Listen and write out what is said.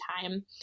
time